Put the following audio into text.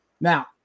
Now